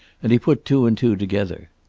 and he put two and two together.